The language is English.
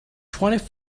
twenty